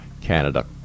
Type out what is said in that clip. Canada